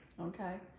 Okay